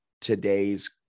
today's